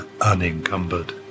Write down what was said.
unencumbered